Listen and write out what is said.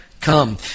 come